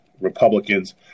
Republicans